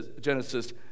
Genesis